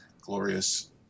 glorious